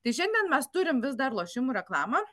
tai šiandien mes turim vis dar lošimų reklamą